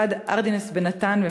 משרד ארדינסט בן-נתן,